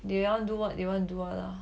they want to do what they go do what ah